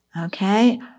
Okay